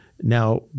now